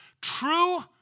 true